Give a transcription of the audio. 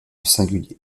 singulier